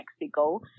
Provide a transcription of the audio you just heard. Mexico